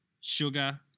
Sugar